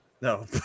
No